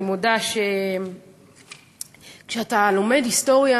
אני מודה שכשאתה לומד היסטוריה,